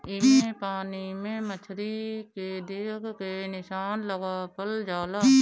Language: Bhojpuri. एमे पानी में मछरी के देख के निशाना लगावल जाला